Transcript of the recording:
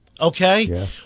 okay